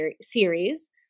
series